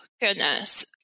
goodness